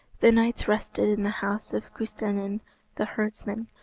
the knights rested in the house of custennin the herdsman,